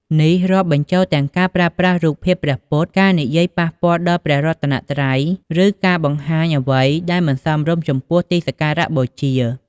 នេះរាប់បញ្ចូលទាំងការប្រើប្រាស់រូបភាពព្រះពុទ្ធ ការនិយាយប៉ះពាល់ដល់ព្រះរតនត្រ័យ ឬការបង្ហាញអ្វីដែលមិនសមរម្យចំពោះទីសក្ការបូជា។